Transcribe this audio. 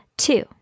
Two